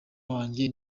wanjye